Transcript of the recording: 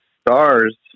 stars